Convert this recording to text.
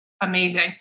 amazing